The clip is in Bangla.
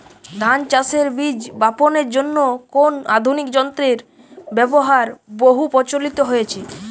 ধান চাষের বীজ বাপনের জন্য কোন আধুনিক যন্ত্রের ব্যাবহার বহু প্রচলিত হয়েছে?